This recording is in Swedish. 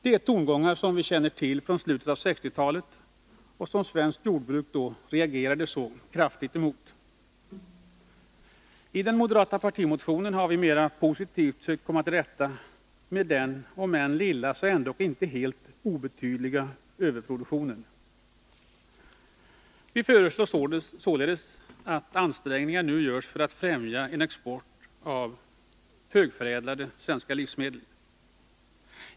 Det är tongångar som vi känner till från slutet av 1960-talet och som svenskt jordbruk då reagerade så kraftigt emot. I den moderata partimotionen har vi mera positivt försökt komma till rätta med den om än lilla så ändock inte helt obetydliga överproduktionen. Vi föreslår således att ansträngningar nu skall göras för att främja en export av högförädlade svenska livsmedel.